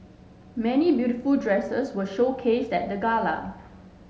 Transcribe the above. many beautiful dresses were showcased at the gala